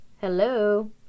hello